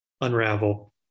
unravel